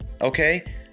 okay